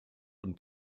und